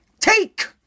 take